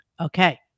Okay